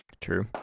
True